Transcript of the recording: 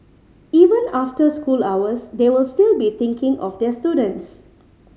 even after school hours they will still be thinking of their students